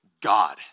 God